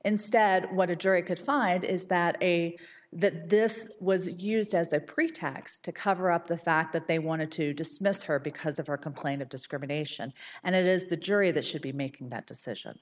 instead what a jury could find is that a this was used as a pretext to cover up the fact that they wanted to dismiss her because of her complaint of discrimination and it is the jury that should be making that decision